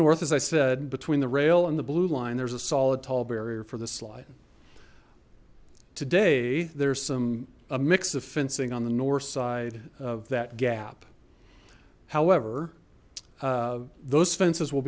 north as i said between the rail and the blue line there's a solid tall barrier for this slide today there's some a mix of fencing on the north side of that gap however those fences will